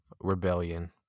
rebellion